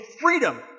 freedom